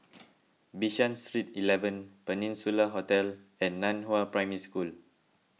Bishan Street eleven Peninsula Hotel and Nan Hua Primary School